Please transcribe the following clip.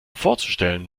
vorzustellen